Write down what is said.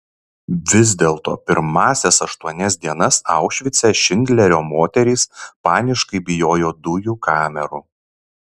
vis dėlto pirmąsias aštuonias dienas aušvice šindlerio moterys paniškai bijojo dujų kamerų